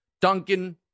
Duncan